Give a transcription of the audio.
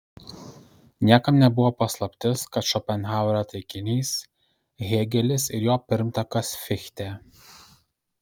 niekam nebuvo paslaptis kad šopenhauerio taikinys hėgelis ir jo pirmtakas fichtė